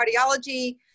Cardiology